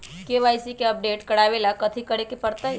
KYC के update करवावेला कथि करें के परतई?